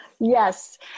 Yes